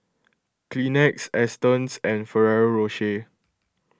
Kleenex Astons and Ferrero Rocher